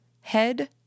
Head